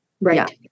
right